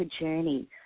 journey